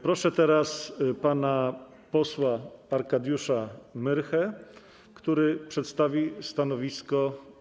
Proszę teraz pana posła Arkadiusza Myrchę, który przedstawi stanowisko.